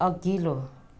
अघिल्लो